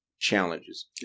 challenges